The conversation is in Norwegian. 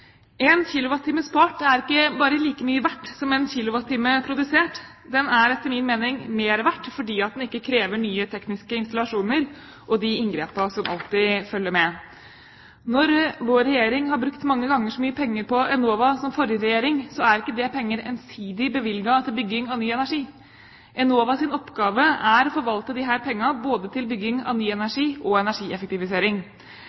En kilowattime spart er ikke bare like mye verdt som en kilowattime produsert. Den er etter min mening mer verdt, fordi den ikke krever nye tekniske installasjoner og de inngrepene som alltid følger med. Når vår regjering har brukt mange ganger så mye penger på Enova som forrige regjering, er ikke det penger ensidig bevilget til bygging av ny energi. Enovas oppgave er å forvalte disse pengene, både til bygging av ny